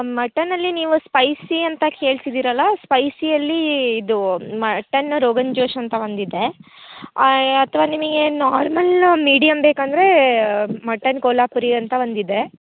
ಮಟನಲ್ಲಿ ನೀವು ಸ್ಪೈಸಿ ಅಂತ ಕೇಳ್ತಿದ್ದೀರಲ್ಲ ಸ್ಪೈಸಿಯಲ್ಲಿ ಇದು ಮಟನು ರೊಗನ್ಜೋಶ್ ಅಂತ ಒಂದು ಇದೆ ಅಥ್ವಾ ನಿಮಗೆ ನಾರ್ಮಲ್ ಮೀಡಿಯಮ್ ಬೇಕಂದರೆ ಮಟನ್ ಕೋಲ್ಹಾಪುರಿ ಅಂತ ಒಂದು ಇದೆ